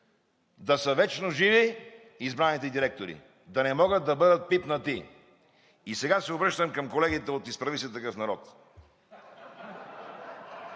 да са вечно живи избраните директори, да не могат да бъдат пипнати! Сега се обръщам към колегите от „Изправи се такъв народ“